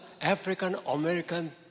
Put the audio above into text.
African-American